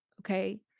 Okay